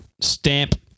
stamp